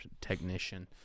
technician